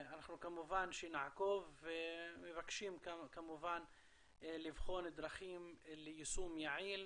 כמובן שנעקוב ואנחנו מבקשים לבחון דרכים ליישום יעיל